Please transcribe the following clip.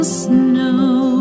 snow